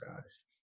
guys